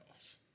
playoffs